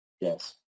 Yes